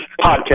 Podcast